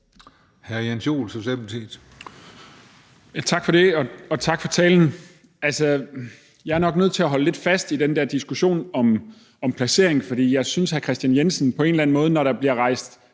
Tak for det, og tak for talen. Jeg er nok nødt til at holde lidt fast i den der diskussion om placeringen. For jeg synes på en eller anden måde, at svaret